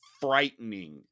frightening